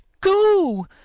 go